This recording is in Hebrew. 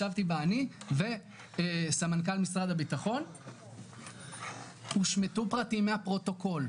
ישבתי בה אני וסמנכ"ל משרד הביטחון הושמטו פרטים מהפרוטוקול,